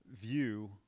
view